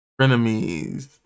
Frenemies